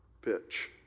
pitch